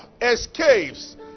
escapes